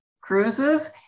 cruises